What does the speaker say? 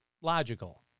logical